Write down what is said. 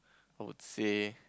I would say